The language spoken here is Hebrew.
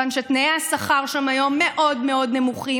כיוון שתנאי השכר שם היום מאוד מאוד נמוכים,